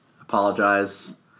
Apologize